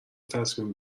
تصمیم